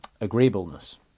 agreeableness